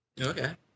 Okay